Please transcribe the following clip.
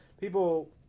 people